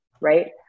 right